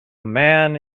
man